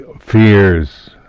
fears